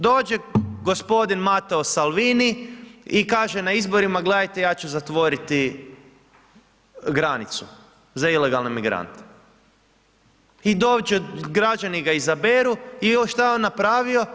Dođe gospodin Matteo Salvini i kaže, na izborima gledajte, ja ću zatvoriti granicu za ilegalne migrante i dođe građani ga izaberu i šta je on napravio?